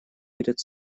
перед